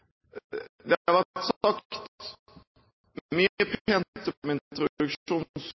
Det har vært